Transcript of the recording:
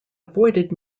avoided